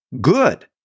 Good